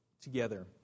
together